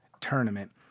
Tournament